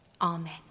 Amen